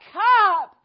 cup